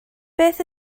beth